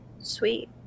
Sweet